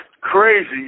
crazy